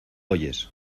oyes